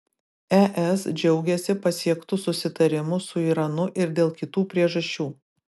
es džiaugiasi pasiektu susitarimu su iranu ir dėl kitų priežasčių